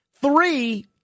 Three